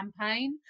campaign